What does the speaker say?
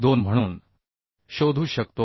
242 म्हणून शोधू शकतो